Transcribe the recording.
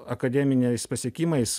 akademiniais pasiekimais